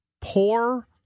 poor